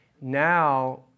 Now